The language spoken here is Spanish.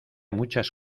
muchas